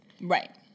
Right